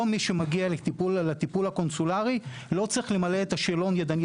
מי שמגיע היום לטיפול הקונסולרי לא צריך למלא את השאלון ידנית.